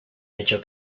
hecho